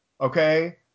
okay